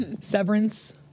Severance